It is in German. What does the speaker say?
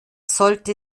sollte